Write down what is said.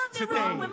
today